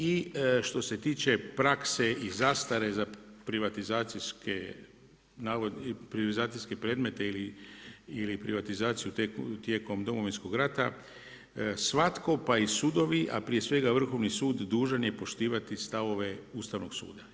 I što se tiče prakse i zastare za privatizacijske predmete ili privatizacije tijekom Domovinskog rata, svatko, pa i sudovi, a prije svega Vrhovni sud, dužan je poštivati stavove Ustavnog suda.